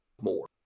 more